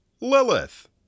Lilith